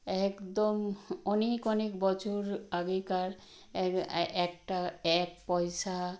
একদম অনেক অনেক বছর আগেকার একটা এক পয়সা